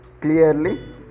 clearly